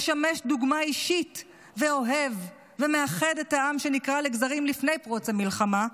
משמש דוגמה אישית ואוהב ומאחד את העם שנקרע לגזרים לפני פרוץ המלחמה,